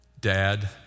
Dad